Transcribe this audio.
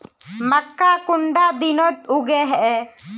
मक्का कुंडा दिनोत उगैहे?